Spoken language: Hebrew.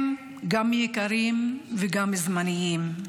הם גם יקרים וגם זמניים.